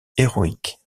héroïque